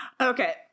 Okay